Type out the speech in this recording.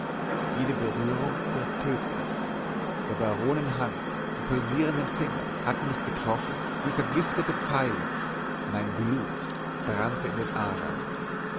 jede berührung wird tödlich der baronin hand die pulsierenden finger hatten mich getroffen wie vergiftete pfeile mein blut brannte in den adern